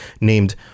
named